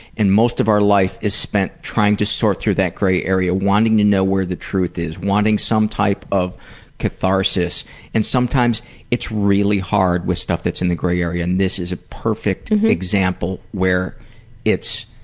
and most of our life is spent trying to sort through that gray area, wanting to know where the truth is, wanting some type of catharsis and sometimes it's really hard with stuff that's in the gray area and this is a perfect example where it's,